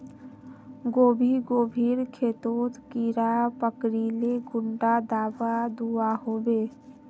गोभी गोभिर खेतोत कीड़ा पकरिले कुंडा दाबा दुआहोबे?